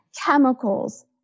chemicals